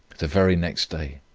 the very next day,